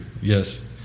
yes